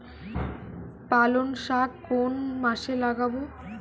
পালংশাক কোন মাসে লাগাব?